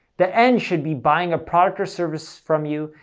the end should be buying a product or service from you,